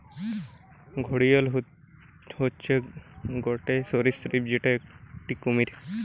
ঘড়িয়াল হতিছে গটে সরীসৃপ যেটো একটি কুমির